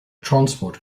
transport